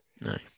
No